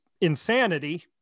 insanity